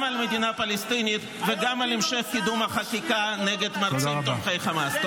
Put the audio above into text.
גם על מדינה פלסטינית וגם על המשך קידום החקיקה נגד מרצים תומכי חמאס.